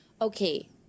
okay